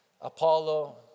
Apollo